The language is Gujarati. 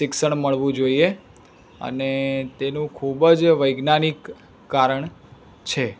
શિક્ષણ મળવું જોઈએ અને તેનું ખૂબ જ વૈજ્ઞાનિક કારણ છે